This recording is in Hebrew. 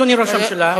אדוני ראש הממשלה,